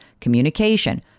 communication